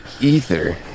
Ether